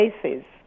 places